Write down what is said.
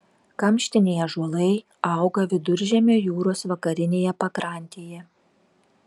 kamštiniai ąžuolai auga viduržemio jūros vakarinėje pakrantėje